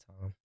time